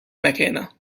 mckenna